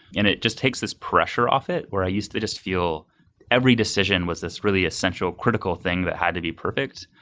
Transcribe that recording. and it just takes this pressure off it where i used to just feel every decision was this really essential, critical thing that had to be perfect.